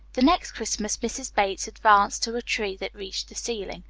the next christmas mrs. bates advanced to a tree that reached the ceiling,